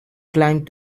climbed